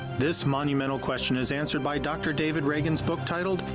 this monumental question is answered by dr. david reagan's book titled,